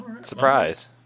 Surprise